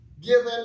given